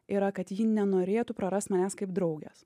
yra kad ji nenorėtų prarast manęs kaip draugės